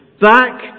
back